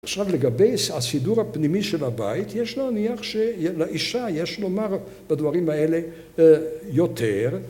עכשיו לגבי הסידור הפנימי של הבית, יש להניח שלאישה יש לומר בדברים האלה יותר.